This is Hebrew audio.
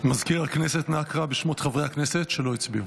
מזכיר הכנסת, נא קרא בשמות חברי הכנסת שלא הצביעו.